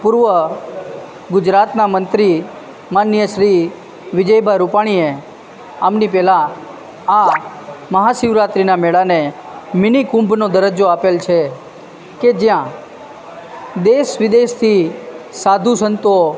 પૂર્વ ગુજરાતના મંત્રી માનનીય શ્રી વિજયભાઈ રૂપાણીએ આમની પહેલાં આ મહા શિવરાત્રિના મેળાને મિનિ કુંભનો દરજ્જો આપેલ છે કે જ્યાં દેશ વિદેશથી સાધુ સંતો